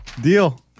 Deal